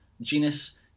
genus